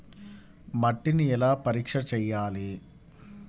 మట్టిని ఎలా పరీక్ష చేయాలి?